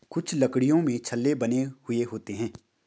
कुछ लकड़ियों में छल्ले बने हुए होते हैं